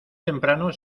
temprano